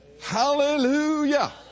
Hallelujah